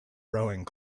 rowing